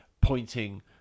pointing